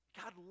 God